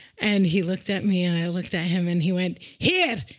and he looked at me, and i looked at him, and he went, here!